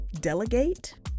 delegate